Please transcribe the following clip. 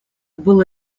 было